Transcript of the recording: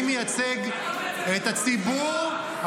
אני מייצג את הציבור.